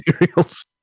materials